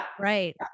right